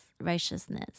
righteousness